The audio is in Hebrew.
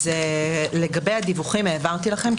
לגבי הדיווחים העברתי לכם.